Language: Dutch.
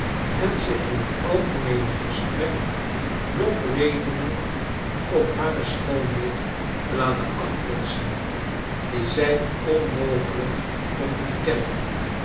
en zich in het algemeene gesprek lofredenen op hare schoonheid te laten afpersen die zij onmogelrjk kon ontkennen